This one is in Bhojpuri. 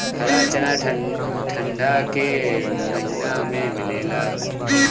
हरा चना ठंडा के महिना में मिलेला